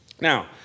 Now